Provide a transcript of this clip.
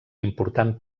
important